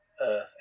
earth